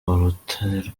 urutare